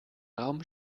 raum